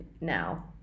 now